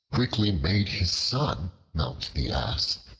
quickly made his son mount the ass,